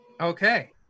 Okay